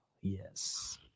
Yes